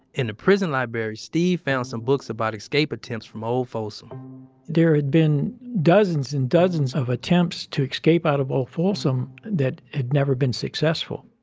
in the prison library steve found some books about escape attempts from old folsom there had been dozens and dozens of attempts to escape out of old folsom that had never been successful